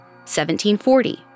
1740